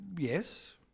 Yes